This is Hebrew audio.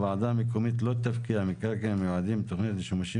הוועדה המקומית לא תפקיע מקרקעין המיועדים לתוכנית לשימושים